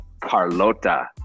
Carlota